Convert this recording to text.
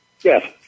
Yes